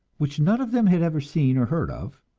which none of them had ever seen or heard of,